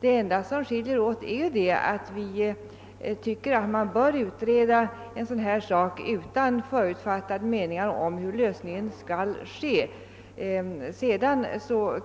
Det enda som skiljer våra meningar åt är att utskottet tycker, att man bör utreda en sådan här fråga utan förutfattad mening om hurudan lösningen bör bli. Sedan